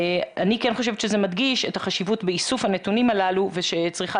אני כן חושבת שזה מדגיש את החשיבות באיסוף הנתונים הללו ושצריכה